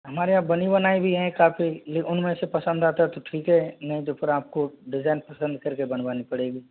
हमारे यहाँ बनी बनाई भी है काफ़ी उनमें से पसंद आता है तो ठीक है नहीं तो फिर आपको डिज़ाइन पसंद कर के बनवानी पड़ेंगी